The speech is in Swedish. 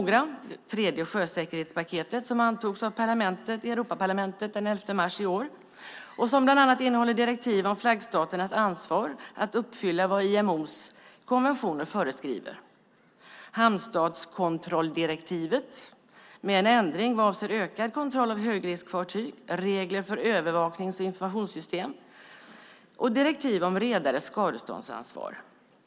Det handlar om det tredje sjösäkerhetspaketet som antogs av Europaparlamentet den 11 mars i år. Det innehåller bland annat direktiv om flaggstaternas ansvar att uppfylla vad IMO:s konventioner föreskriver. Det handlar om hamnstatskontrolldirektivet med en ändring vad avser ökad kontroll av högriskfartyg och regler för övervaknings och informationssystem och direktiv om redares skadeståndsansvar.